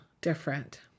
different